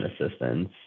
assistance